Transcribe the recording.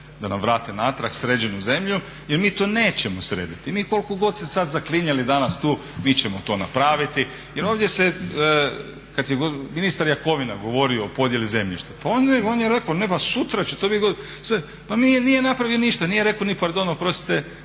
da nam vrate natrag sređenu zemlju jer mi to nećemo srediti. Mi koliko god se sad zaklinjali danas tu mi ćemo to napraviti jer ovdje se, kad je ministar Jakovina govorio o podjeli zemljišta pa on je rekao ne, ma sutra će to biti. Pa nije napravio ništa, nije rekao ni pardon oprostite